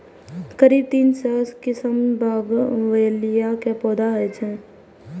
करीब तीन सय किस्मक बोगनवेलिया के पौधा होइ छै